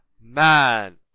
man